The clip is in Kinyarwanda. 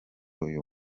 uyu